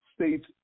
states